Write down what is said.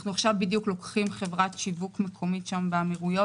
אנחנו לוקחים חברת שיווק מקומית באמירויות